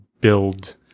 build